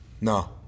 No